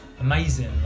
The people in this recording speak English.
amazing